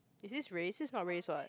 is it race this is not race what